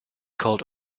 called